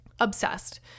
Obsessed